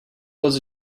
was